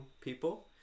people